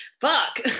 fuck